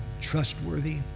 trustworthy